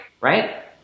right